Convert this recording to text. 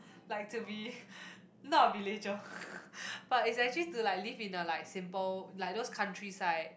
like to be not be nature but is actually to like live in the like simple like those countryside